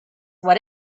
what